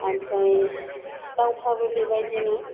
ओमफ्राय दाउफ्राबो बेबायदिनो